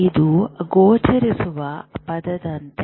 ಇದು ಗೋಚರಿಸುವ ಪದದಂತೆ